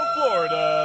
Florida